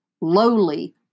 Lowly